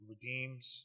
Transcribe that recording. Redeems